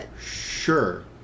Sure